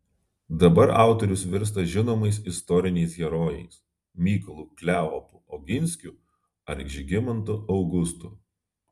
dabar autorius virsta žinomais istoriniais herojais mykolu kleopu oginskiu ar žygimantu augustu